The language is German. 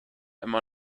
immer